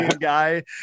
guy